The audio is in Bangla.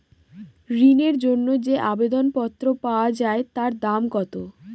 ঋণের জন্য যে আবেদন পত্র পাওয়া য়ায় তার দাম কত?